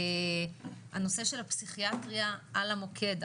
הנושא של הפסיכיאטריה על המוקד,